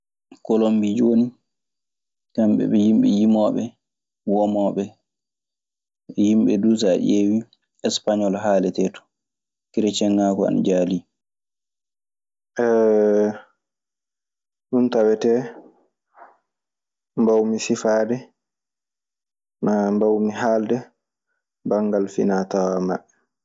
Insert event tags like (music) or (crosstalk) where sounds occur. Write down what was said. Kolombi jooni, kamɓe ɓe yimɓe yimooɓe, wamooɓe. Yimɓe duu so a ƴeewii, español haaletee ton. Kerecieŋaagu ana jaalii. (hesitation) ɗun tawetee ko mbawmi sifaade, ma mbawmi halde banngal finaa tawaa maɓɓe.